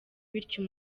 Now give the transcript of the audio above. bityo